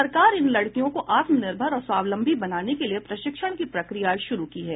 सरकार इन लड़कियों को आत्मनिर्भर और स्वावलंबी बनाने के लिए प्रशिक्षण की प्रक्रिया शुरू की है